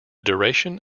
duration